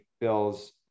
Bills